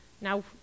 now